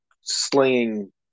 slinging